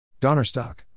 Donnerstock